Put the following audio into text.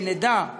שנדע,